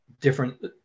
different